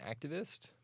activist